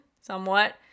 somewhat